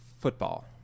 football